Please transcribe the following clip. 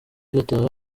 igataha